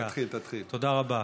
תודה רבה.